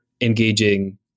engaging